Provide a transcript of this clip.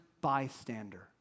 bystander